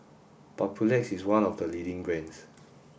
Papulex is one of the leading brands